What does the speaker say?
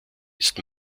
ist